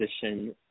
position